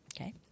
Okay